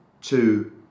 two